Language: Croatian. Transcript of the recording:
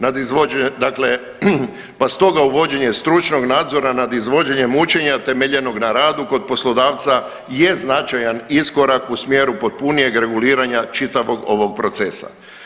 Nad izvođenjem, dakle, pa stoga uvođenje stručnog nadzora nad izvođenjem učenja temeljenog na radu kod poslodavca je značajan iskorak u smjeru potpunijeg reguliranja čitavog ovog procesa.